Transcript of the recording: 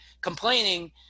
complaining